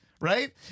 Right